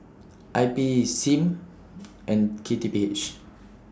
I P SIM and K T P H